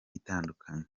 itandukanye